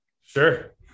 Sure